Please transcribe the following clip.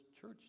church